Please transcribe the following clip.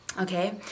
Okay